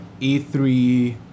E3